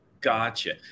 Gotcha